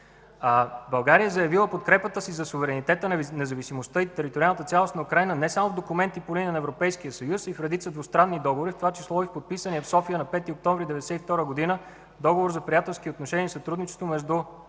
България е завила подкрепата си за суверенитета, независимостта и териториалната цялост на Украйна не само в документи по линия на Европейския съюз и в редица двустранни договори, в това число и в подписания в София на 5 октомври 1992 г. Договор за приятелски отношения и сътрудничество между